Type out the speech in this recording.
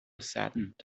saddened